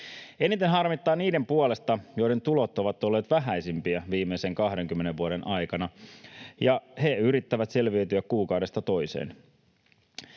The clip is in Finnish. Eniten harmittaa niiden puolesta, joiden tulot ovat olleet vähäisimpiä viimeisen 20 vuoden aikana, ja he yrittävät selviytyä kuukaudesta toiseen.